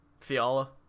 Fiala